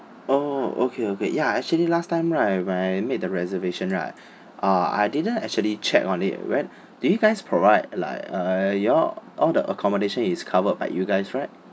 oh okay okay ya actually last time right when I made the reservation right uh I didn't actually check on it when do you guys provide like uh you all all the accommodation is covered by you guys right